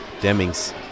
Demings